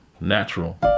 natural